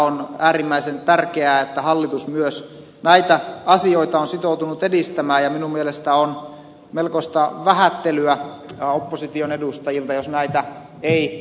on äärimmäisen tärkeää että hallitus myös näitä asioita on sitoutunut edistämään ja minun mielestäni on melkoista vähättelyä opposition edustajilta jos näitä ei esiin nosteta